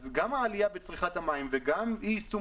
אז גם העלייה בצריכת המים במקביל לאי יישום